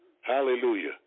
Hallelujah